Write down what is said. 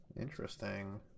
Interesting